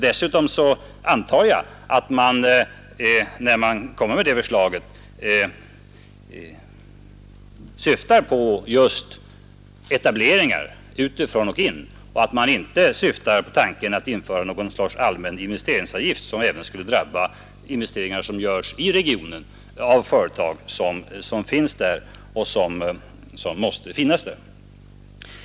Dessutom antar jag att man med det förslaget syftar på just etableringar utifrån och att man inte tänker sig att införa något slags allmän investeringsavgift, som alltså även skulle drabba alla investeringar i regionen av företag som finns där och som måste finnas där.